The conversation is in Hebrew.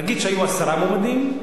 נגיד שהיו עשרה מועמדים,